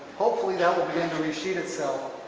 hopefully that will begin to re-sheet itself.